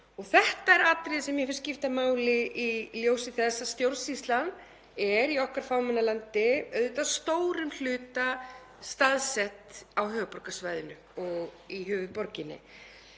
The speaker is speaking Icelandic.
Þetta er atriði sem mér finnst skipta máli í ljósi þess að stjórnsýslan er í okkar fámenna landi auðvitað að stórum hluta staðsett á höfuðborgarsvæðinu og í höfuðborginni.